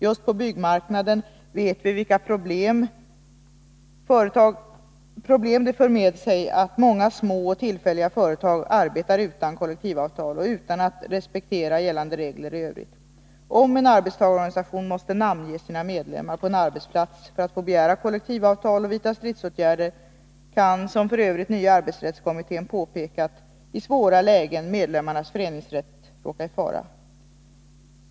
Just på byggarbetsmarknaden vet vi vilka problem det för med sig att många små och tillfälliga företag arbetar utan kollektivavtal och utan att respektera gällande regler i övrigt. Om en arbetstagarorganisation måste namnge sina medlemmar på en arbetsplats för att få begära kollektivavtal och vidta stridsåtgärder kan-f. ö., som nya arbetsrättskommittén har påpekat i sitt nyligen avgivna betänkande, i svåra lägen medlemmarnas föreningsrätt råka i fara.